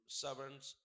servants